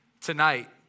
tonight